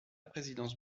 présidence